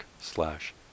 slash